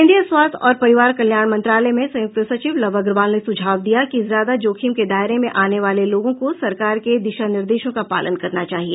केंद्रीय स्वास्थ्य और परिवार कल्याण मंत्रालय में संयुक्त सचिव लव अग्रवाल ने सुझाव दिया कि ज्यादा जोखिम के दायरे में आने वाले लोगों को सरकार के दिशा निर्देशों का पालन करना चाहिए